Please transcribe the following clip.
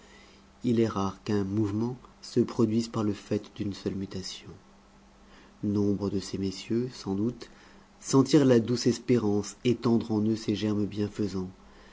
il est rare qu'un mouvement se produise par le fait d'une seule mutation nombre de ces messieurs sans doute sentirent la douce espérance étendre en eux ses germes